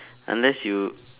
unless you